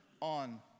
on